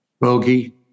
Bogey